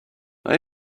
are